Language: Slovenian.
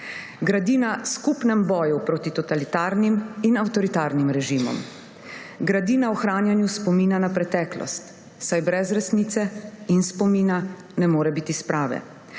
Gradi na skupnem boju proti totalitarnim in avtoritarnim režimom. Gradi na ohranjanju spomina na preteklost, saj brez resnice in spomina ne more biti sprave.